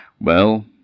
Well